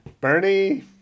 bernie